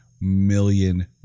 Million